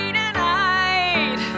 tonight